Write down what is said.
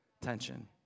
tension